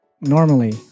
normally